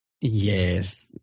Yes